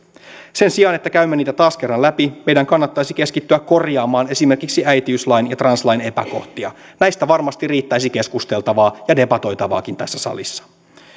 sen sijaan että käymme niitä taas kerran läpi meidän kannattaisi keskittyä korjaamaan esimerkiksi äitiyslain ja translain epäkohtia näistä varmasti riittäisi keskusteltavaa ja debatoitavaakin tässä salissa